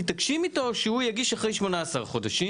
מתעקשים איתו שהוא יגיש אחרי 18 חודשים.